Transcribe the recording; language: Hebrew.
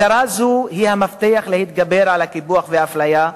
הכרה זו היא המפתח להתגברות על הקיפוח והאפליה,